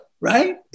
right